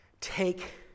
take